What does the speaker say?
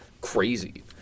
Crazy